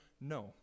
No